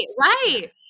right